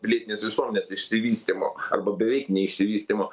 pilietinės visuomenės išsivystymo arba beveik neišsivystymo